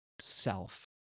self